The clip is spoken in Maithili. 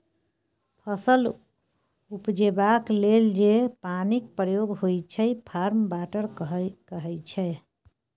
फसल उपजेबाक लेल जे पानिक प्रयोग होइ छै फार्म वाटर कहाइ छै